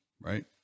right